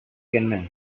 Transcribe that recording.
கென்ன